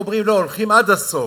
או שאומרים: לא, הולכים עד הסוף,